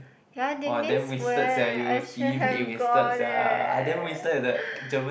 ya Denise went I should have gone eh